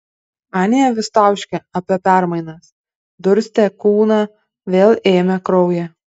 anie vis tauškė apie permainas durstė kūną vėl ėmė kraują